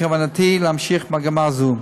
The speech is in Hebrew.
בכוונתי להמשיך מגמה זו.